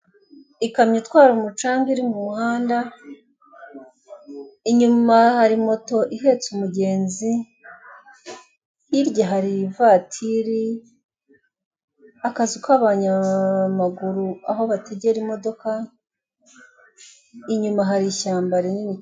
Ikamyo itwara umucanga iri mu muhanda, inyuma hari moto ihetse umugenzi, hirya hari ivatiri, akazu k'abanyaaamaguru, aho bategera imodoka, inyuma hari ishyamba rinini.